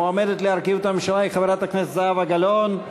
המועמדת להרכיב את הממשלה היא חברת הכנסת זהבה גלאון.